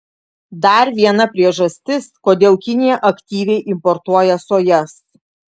dar viena priežastis kodėl kinija aktyviai importuoja sojas